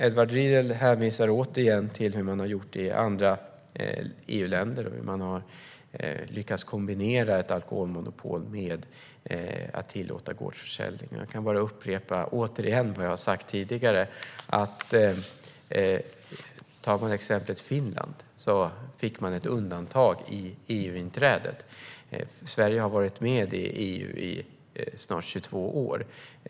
Edward Riedl hänvisar återigen till hur man har gjort i andra EU-länder, där man har lyckats kombinera ett alkoholmonopol med att tillåta gårdsförsäljning. Jag kan bara återigen upprepa vad jag har sagt tidigare: Låt oss ta exemplet Finland. Där fick man ett undantag vid EU-inträdet. Sverige har varit med i EU i snart 22 år.